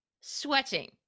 sweating